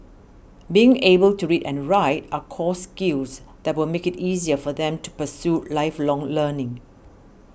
being able to read and write are core skills that will make it easier for them to pursue lifelong learning